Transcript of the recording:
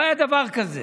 לא היה דבר כזה.